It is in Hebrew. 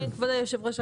כבוד היושב-ראש,